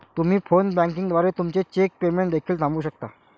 तुम्ही phone banking द्वारे तुमचे चेक पेमेंट देखील थांबवू शकता